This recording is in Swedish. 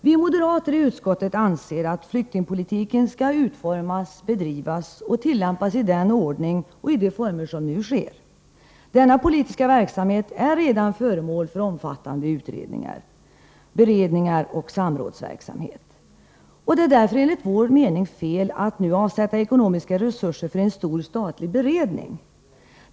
Vi moderater i utskottet anser att flyktingpolitiken skall utformas, bedrivas och tillämpas i den ordning och i de former som nu sker. Denna politiska verksamhet är redan föremål för omfattande utredningar, beredningar och samrådsverksamhet. Det är därför enligt vår mening fel att nu avsätta ekonomiska resurser för en stor statlig beredning.